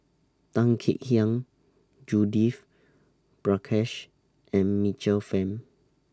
Tan Kek Hiang Judith Prakash and Michael Fam